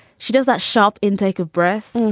she does that sharp intake of breath.